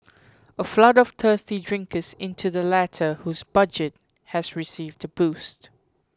a flood of thirsty drinkers into the latter whose budget has received a boost